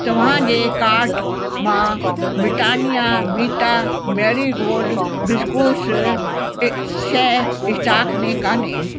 तव्हां जे कार्ट मां Britannia Vita Marie Gold biscuits इ शइ स्टाक में कान्हे